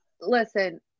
Listen